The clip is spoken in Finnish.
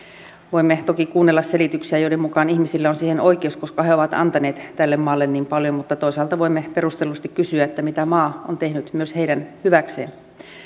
voimme toki kuunnella selityksiä joiden mukaan ihmisillä on siihen oikeus koska he ovat antaneet tälle maalle niin paljon mutta toisaalta voimme perustellusti kysyä mitä maa on tehnyt myös heidän hyväkseen